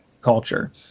culture